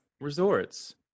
resorts